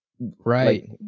right